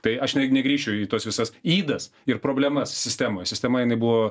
tai aš ne negrįšiu į tas visas ydas ir problemas sistemoj sistema jinai buvo